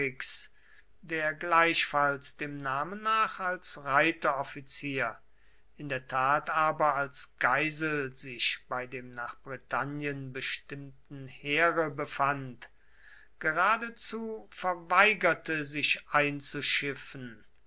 der gleichfalls dem namen nach als reiteroffizier in der tat aber als geisel sich bei dem nach britannien bestimmten heere befand geradezu verweigerte sich einzuschiffen